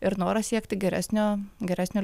ir noras siekti geresnio geresnio